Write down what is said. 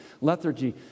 lethargy